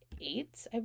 eight